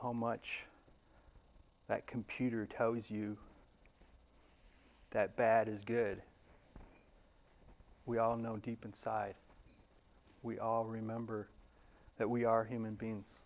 television much that computer tells you that bad is good we all know deep inside we all remember that we are human beings